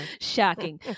Shocking